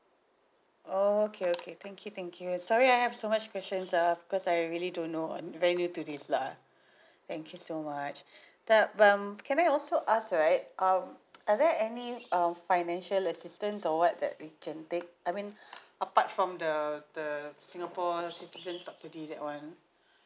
oh okay okay thank you thank you sorry I have so much questions uh because I really don't know um I'm very new to this lah thank you so much that um can I also ask right um are there any um financial assistance or what that we can take I mean apart from the the singapore citizen subsidy that one